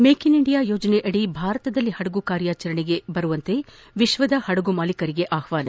make in India ಯೋಜನೆಯಡಿ ಭಾರತದಲ್ಲಿ ಹಡಗು ಕಾರ್ಯಾಚರಣೆಗೆ ವಿಶ್ವದ ಹಡಗು ಮಾಲೀಕರಿಗೆ ಆಹ್ವಾನ